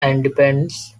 independence